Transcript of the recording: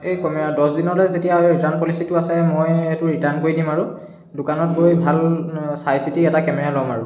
এই কমে আৰু দহ দিনলৈ যেতিয়া ৰিটাৰ্ণ পলিচিটো আছে মই এইটো ৰিটাৰ্ণ কৰি দিম আৰু দোকানত গৈ ভাল চাই চিতি এটা কেমেৰা ল'ম আৰু